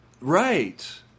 Right